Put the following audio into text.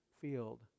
field